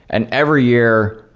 and every year,